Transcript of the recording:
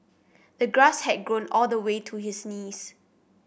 the grass had grown all the way to his knees